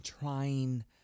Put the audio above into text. trying